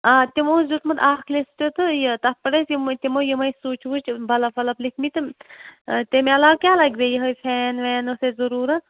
آ تِمو اوس دیُتمُت اَکھ لِسٹ تہٕ یہِ تَتھ پٮ۪ٹھ ٲس یِمہٕ تِمو یِمَے سُچ وُچ بلف وَلف لیکھمٕتۍ تِم تَمہِ علاوٕ کیٛاہ لَگہِ بیٚیہِ یِہوٚے فین وین اوس اَسہِ ضٔروٗرَت